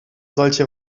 solche